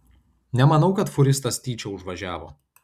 nemanau kad fūristas tyčia užvažiavo